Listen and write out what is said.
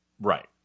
right